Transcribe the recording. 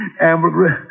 Ambergris